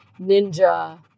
ninja